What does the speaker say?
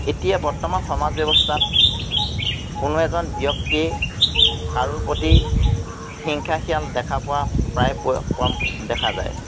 এতিয়া বৰ্তমান সমাজ ব্যৱস্থাত কোনো এজন ব্যক্তিয়ে কাৰোৰ প্ৰতি হিংসা খিয়াল দেখা পোৱা প্ৰায় কম দেখা যায়